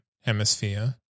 hemisphere